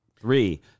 Three